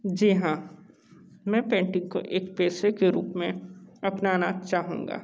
जी हाँ मैं पेंटिंग को एक पेशे के रूप में अपनाना चाहूँगा